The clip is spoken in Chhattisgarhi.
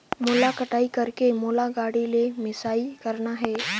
मोला कटाई करेके मोला गाड़ी ले मिसाई करना हे?